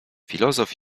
filozof